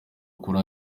kuri